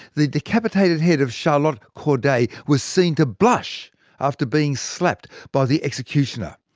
the decapitated head of charlotte corday was seen to blush after being slapped by the executioner.